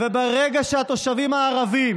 ברגע שהתושבים הערבים